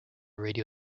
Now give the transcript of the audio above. radio